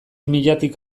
milatik